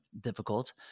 difficult